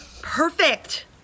perfect